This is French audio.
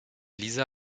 lisa